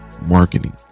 marketing